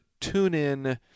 TuneIn